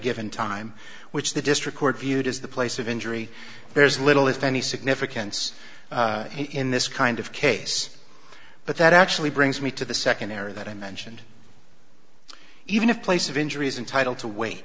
given time which the district court viewed as the place of injury there's little if any significance in this kind of case but that actually brings me to the second area that i mentioned even if place of injuries entitle